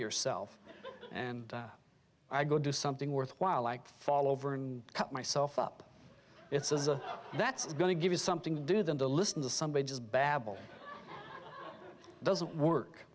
yourself and i go do something worthwhile like fall over and cut myself up it's a that's going to give you something to do than to listen to somebody just babble doesn't work